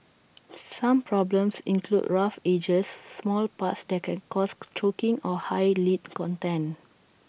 some problems include rough edges small parts that can cause choking or high lead content